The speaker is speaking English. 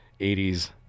80s